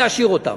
להשאיר אותם,